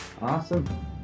Awesome